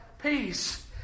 peace